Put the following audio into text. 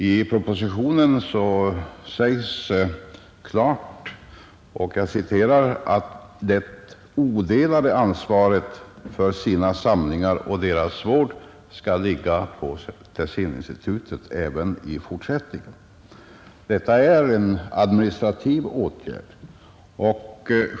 I statsverkspropositionen sägs klart att Tessininstitutet bör ha ”det odelade ansvaret för sina samlingar och deras vård” även i fortsättningen. Detta är en administrativ åtgärd.